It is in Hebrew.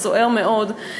הסוער מאוד,